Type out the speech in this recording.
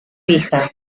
hija